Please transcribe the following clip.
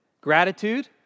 gratitude